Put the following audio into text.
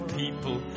people